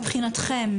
מבחינתכם,